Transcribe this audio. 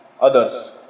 others